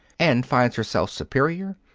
and finds herself superior,